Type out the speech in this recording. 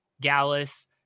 Gallus